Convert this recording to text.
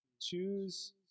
choose